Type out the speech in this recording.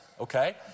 Okay